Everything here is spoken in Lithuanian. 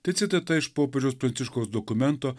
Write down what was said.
tai citata iš popiežiaus pranciškaus dokumento